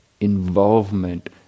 involvement